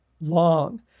long